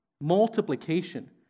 multiplication